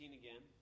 again